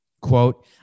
quote